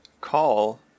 call